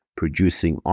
producing